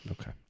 okay